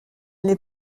n’est